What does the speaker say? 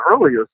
earlier